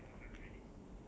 sitting